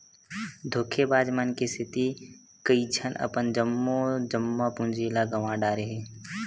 धोखेबाज मन के सेती कइझन अपन जम्मो जमा पूंजी ल गंवा डारे हे